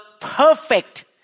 perfect